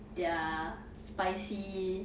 their spicy